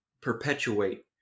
perpetuate